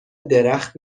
درخت